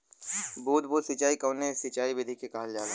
बूंद बूंद सिंचाई कवने सिंचाई विधि के कहल जाला?